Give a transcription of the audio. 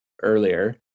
earlier